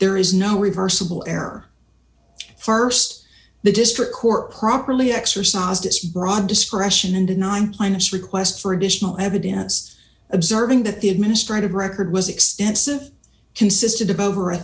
there is no reversible error st the district court properly exercised its broad discretion in the nine planets request for additional evidence observing that the administrative record was extensive consisted of over a